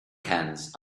cans